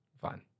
Fine